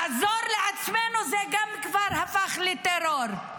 לעזור לעצמנו זה גם כבר הפך לטרור.